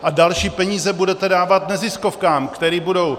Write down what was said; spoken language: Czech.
A další peníze budete dávat neziskovkám, které budou...